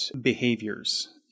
behaviors